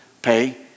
pay